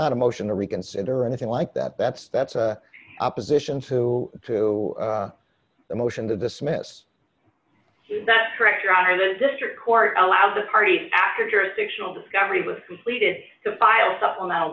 not a motion to reconsider or anything like that that's that's opposition to to the motion to dismiss that's correct your honor the district court allows the party after jurisdictional discovery was completed to file supplemental